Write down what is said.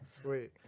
Sweet